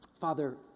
Father